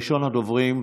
ראשון הדוברים,